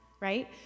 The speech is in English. Right